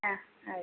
ಹಾಂ ಆಯಿತು